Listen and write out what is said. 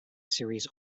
series